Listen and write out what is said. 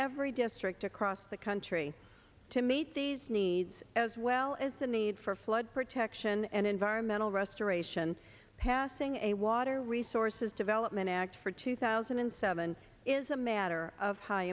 every district across the country to meet these needs as well as the need for flood protection and environmental restoration path being a water resources development act for two thousand and seven is a matter of high